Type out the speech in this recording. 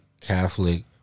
Catholic